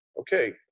Okay